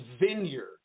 vineyard